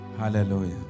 Hallelujah